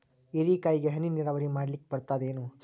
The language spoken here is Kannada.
ಹೀರೆಕಾಯಿಗೆ ಹನಿ ನೀರಾವರಿ ಮಾಡ್ಲಿಕ್ ಬರ್ತದ ಏನು?